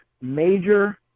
major